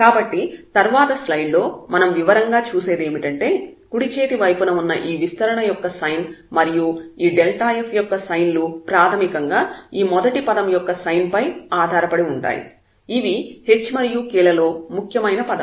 కాబట్టి తర్వాత స్లైడ్ లో మనం వివరంగా చూసేదేమిటంటే కుడి చేతి వైపున ఉన్న ఈ విస్తరణ యొక్క సైన్ మరియు ఈ f యొక్క సైన్ లు ప్రాథమికంగా ఈ మొదటి పదం యొక్క సైన్ పై ఆధారపడి ఉంటాయి ఇవి h మరియు k లలో ముఖ్యమైన పదాలు